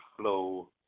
flow